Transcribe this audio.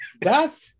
Death